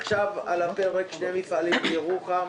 עכשיו על הפרק שני מפעלים בירוחם: